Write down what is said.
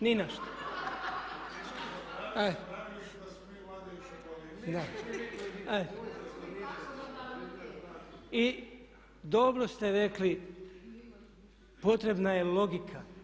Ni na što. … [[Govornici govore u glas, ne razumije se.]] I dobro ste rekli potrebna je logika.